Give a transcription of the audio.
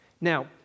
Now